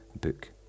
book